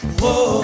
whoa